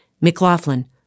McLaughlin